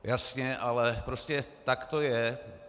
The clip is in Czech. Jasně, ale prostě tak to je.